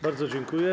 Bardzo dziękuję.